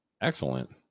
Excellent